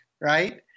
Right